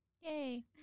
Yay